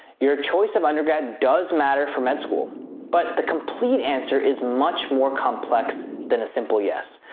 your choice of undergrad does matter for med school but the complete answer is much more complex, than a simple yes.